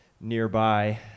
nearby